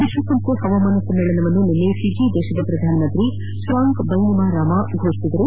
ವಿಶ್ವಸಂಸ್ವೆ ಹವಾಮಾನ ಸಮ್ಮೇಳನವನ್ನು ನಿನ್ನೆ ಫಿಜಿ ದೇಶದ ಪ್ರಧಾನಮಂತ್ರಿ ಫ್ರಾಂಕ್ ಬೈನಿಮಾರಾಮಾ ಘೋಷಿಸಿದರು